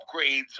upgrades